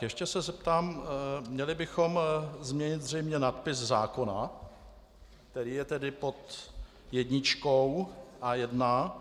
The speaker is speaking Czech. Ještě se zeptám: Měli bychom změnit zřejmě nadpis zákona, který je tedy pod jedničkou A1.